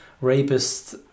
Rapist